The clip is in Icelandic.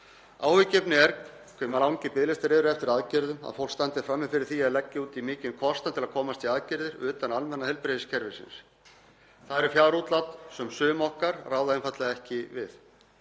Áhyggjuefni er hve langir biðlistar eru eftir aðgerðum, að fólk standi frammi fyrir því að leggja út í mikinn kostnað til að komast í aðgerðir utan almenna heilbrigðiskerfisins. Það eru fjárútlát sem sum okkar ráða einfaldlega ekki við,